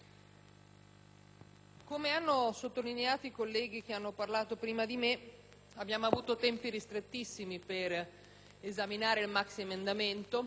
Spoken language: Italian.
come hanno sottolineato i colleghi intervenuti prima di me, abbiamo avuto tempi strettissimi per esaminare il maxiemendamento